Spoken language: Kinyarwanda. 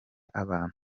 abantu